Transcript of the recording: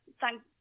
thank